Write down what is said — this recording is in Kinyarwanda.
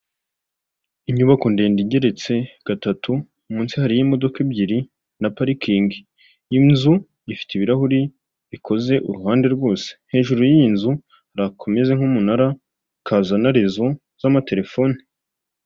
Inyubako ndende igeretse gatatu munsi hari imodoka ebyiri na parikingi, iyi nzu ifite ibirahuri bikoze uruhande rwose, hejuru y'iyi nzu hari akameze nk'umunara kazana rezo z'amaterefone.